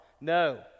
No